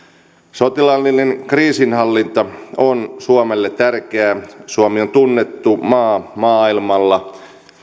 sotilaallinen kriisinhallinta on suomelle tärkeää suomi on tunnettu maa maailmalla